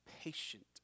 patient